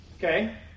Okay